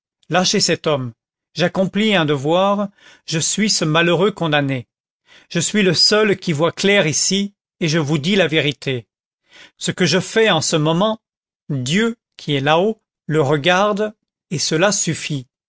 lâchez cet homme j'accomplis un devoir je suis ce malheureux condamné je suis le seul qui voie clair ici et je vous dis la vérité ce que je fais en ce moment dieu qui est là-haut le regarde et cela suffit